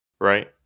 right